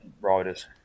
riders